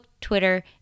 twitter